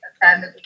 family